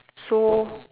so